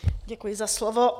Děkuji za slovo.